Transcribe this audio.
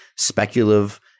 speculative